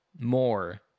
more